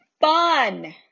fun